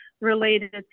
related